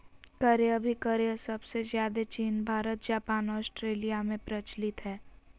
क्रय अभिक्रय सबसे ज्यादे चीन भारत जापान ऑस्ट्रेलिया में प्रचलित हय